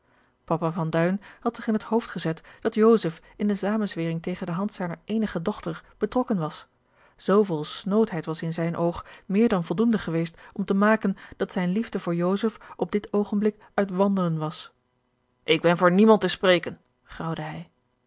duin had zich in het hoofd gezet dat joseph in de zamenzwering tegen de hand zijner eenige dochter betrokken was zooveel snoodheid was in zijn oog meer dan voldoende geweest om te maken dat zijne liefde voor joseph op dit oogenblik uit wandelen was ik ben voor niemand te spreken graauwde hij